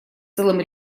целым